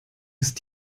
ist